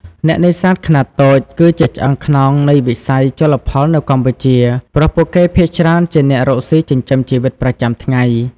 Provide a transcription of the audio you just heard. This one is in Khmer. អ្នកនេសាទខ្នាតតូចគឺជាឆ្អឹងខ្នងនៃវិស័យជលផលនៅកម្ពុជា ព្រោះពួកគេភាគច្រើនជាអ្នករកស៊ីចិញ្ចឹមជីវិតប្រចាំថ្ងៃ។